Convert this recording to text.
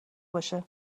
باشه